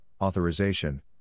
authorization